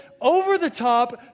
over-the-top